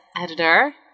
editor